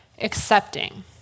accepting